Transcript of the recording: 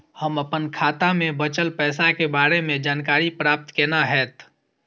हम अपन खाता में बचल पैसा के बारे में जानकारी प्राप्त केना हैत?